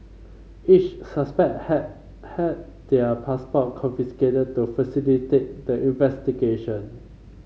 each suspect had had their passport confiscated to facilitate investigation